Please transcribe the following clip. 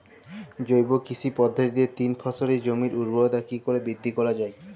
জৈব কৃষি পদ্ধতিতে তিন ফসলী জমির ঊর্বরতা কি করে বৃদ্ধি করা য়ায়?